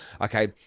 Okay